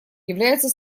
является